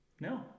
No